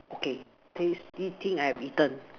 okay taste this thing I return